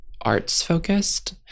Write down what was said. arts-focused